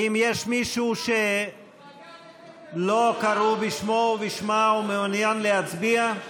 האם יש מישהו שלא קראו בשמו או בשמה ומעוניין להצביע?